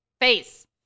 Face